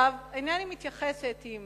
אינני מתייחסת אם